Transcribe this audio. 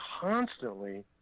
constantly